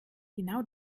genau